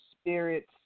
spirits